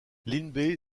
limbe